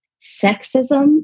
sexism